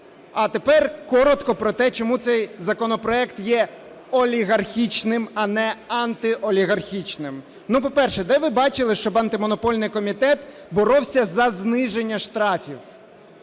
А тепер коротко про те, чому цей законопроект є олігархічним, а не антиолігархічним. По-перше, де ви бачили, щоб Антимонопольний комітет боровся за зниження штрафів?